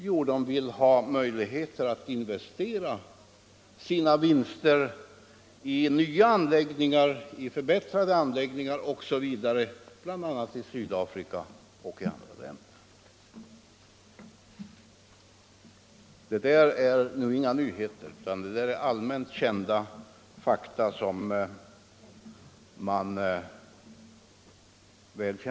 Jo, de vill ha möjligheter att investera sina vinster i nya anläggningar, i förbättrade anläggningar osv., i Sydafrika och i andra länder. Det där är inga nyheter, utan det är allmänt kända fakta.